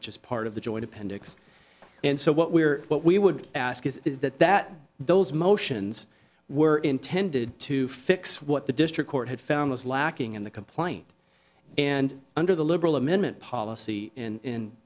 which is part of the joint appendix and so what we're what we would ask is that that those motions were intended to fix what the district court had found was lacking in the complaint and under the liberal amendment policy in